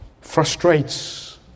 frustrates